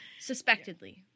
Suspectedly